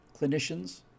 clinicians